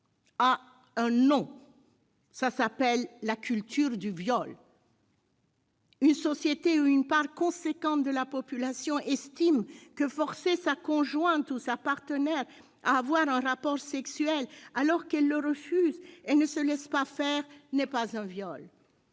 a un nom : la « culture du viol ». Une société dans laquelle une part importante de la population estime que forcer sa conjointe ou sa partenaire à avoir un rapport sexuel alors qu'elle le refuse et ne se laisse pas faire n'est pas un viol,